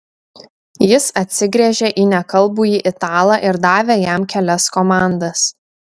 jis atsigręžė į nekalbųjį italą ir davė jam kelias komandas